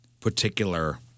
particular